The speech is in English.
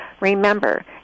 Remember